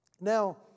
Now